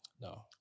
No